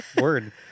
Word